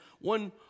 one